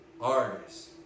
artists